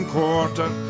Quarter